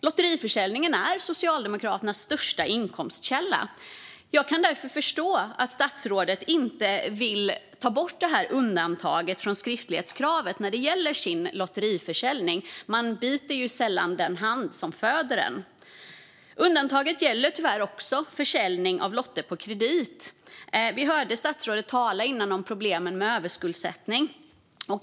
Lotteriförsäljningen är Socialdemokraternas största inkomstkälla. Jag kan därför förstå att statsrådet inte vill ta bort undantaget från skriftlighetskravet när det gäller Socialdemokraternas lotteriförsäljning; man biter ju sällan den hand som föder en. Undantaget gäller tyvärr också försäljning av lotter på kredit. Vi hörde tidigare statsrådet tala om problemen med överskuldsättning.